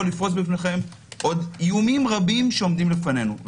לפרוס ביניכם עוד איומים רבים שעומדים בפנינו.